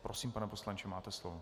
Prosím, pane poslanče, máte slovo.